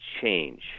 change